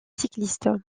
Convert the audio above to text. cycliste